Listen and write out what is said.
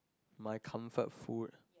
my comfort food